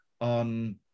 on